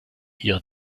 ihr